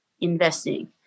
investing